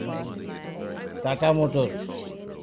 Tata Motors